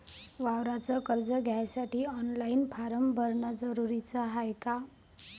वावराच कर्ज घ्यासाठी ऑनलाईन फारम भरन जरुरीच हाय का?